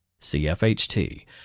CFHT